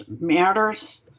matters